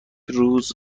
روز